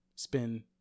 Spend